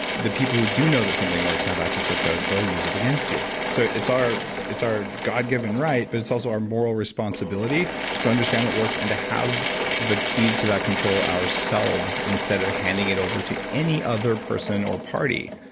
the people who do know that something works and have access to the code, they'll use it against you. so it's our it's our god-given right but it's also our moral responsibility to understand what works and to have the keys to that control ourselves, instead of handing it over to any other person or party.